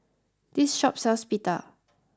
this shop sells Pita